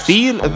Feel